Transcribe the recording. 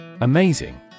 Amazing